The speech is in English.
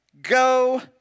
Go